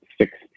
six